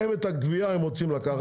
את הגבייה הם רוצים לקחת.